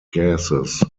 gases